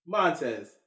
Montez